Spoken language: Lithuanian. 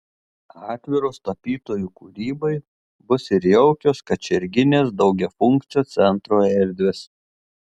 atviros tapytojų kūrybai bus ir jaukios kačerginės daugiafunkcio centro erdvės